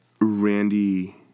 Randy